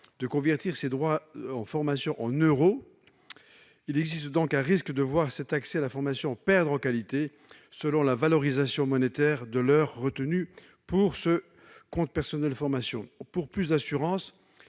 de convertir ces droits à formation en euros. Il existe donc un risque de voir cet accès à la formation perdre en qualité, selon la valorisation monétaire de l'heure retenue pour le compte personnel de formation. Pour plus d'assurance,